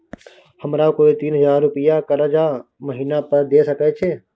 हमरा कोय तीन हजार रुपिया कर्जा महिना पर द सके छै?